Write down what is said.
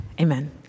Amen